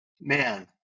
man